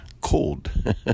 cold